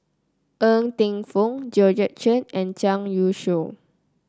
Ng Teng Fong Georgette Chen and Zhang Youshuo